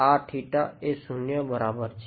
આ એ શૂન્ય બરાબર છે